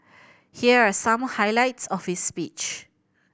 here are some highlights of his speech